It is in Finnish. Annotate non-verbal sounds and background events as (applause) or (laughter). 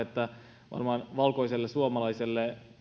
(unintelligible) että varmaan valkoiselle suomalaiselle